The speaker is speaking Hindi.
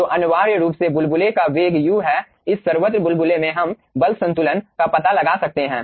तो अनिवार्य रूप से बुलबुले का वेग u है इस सर्वत्र बुलबुले में हम बल संतुलन का पता लगा सकते हैं